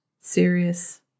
serious